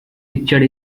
pictured